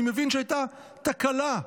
אני מבין שהייתה תקלה.